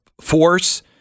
force